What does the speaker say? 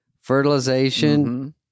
fertilization